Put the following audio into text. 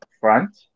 front